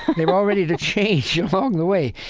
they're all ready to change along the way.